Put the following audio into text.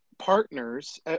partners